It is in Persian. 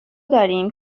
داریم